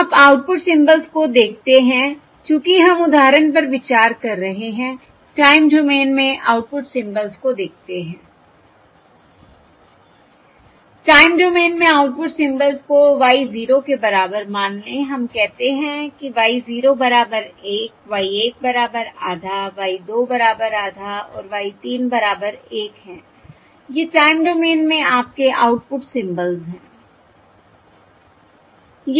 अब output symbols को देखते हैं चूंकि हम उदाहरण पर विचार कर रहे हैं टाइम डोमेन में आउटपुट सिंबल्स को देखते हैंI टाइम डोमेन में आउटपुट सिंबल्स को y 0 के बराबर मान लें हम कहते हैं कि y 0 बराबर 1 y 1 बराबर आधा y 2 बराबर आधा और y 3 बराबर 1 हैं ये टाइम डोमेन में आपके आउटपुट सिंबल्स हैं